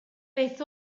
beth